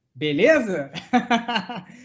beleza